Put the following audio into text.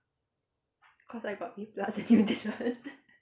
cause I got B plus and you didn't